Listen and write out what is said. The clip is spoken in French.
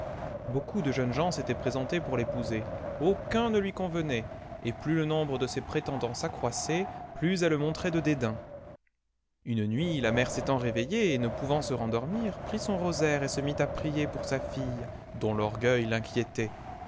beaucoup de jeunes gens s'étaient présentés pour l'épouser aucun ne lui convenait et plus le nombre de ses prétendants s'accroissait plus elle montrait de dédain une nuit la mère s'étant réveillée et ne pouvant se rendormir prit son rosaire et se mit à prier pour sa fille dont l'orgueil l'inquiétait